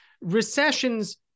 Recessions